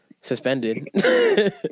suspended